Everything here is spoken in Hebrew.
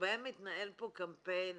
שבהן מתנהל פה קמפיין